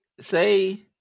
say